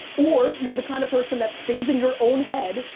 or you're the kind of person that stays in your own head,